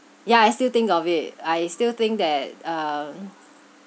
ya I still think of it I still think that uh